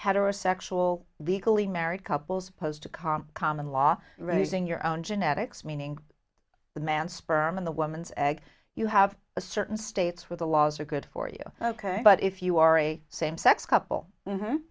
heterosexual legally married couples pose to comp common law raising your own genetics meaning the man sperm in the woman's egg you have a certain states with the laws are good for you ok but if you are a same sex couple